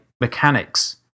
mechanics